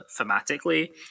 thematically